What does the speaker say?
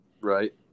Right